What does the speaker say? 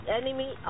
enemy